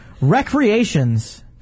Recreations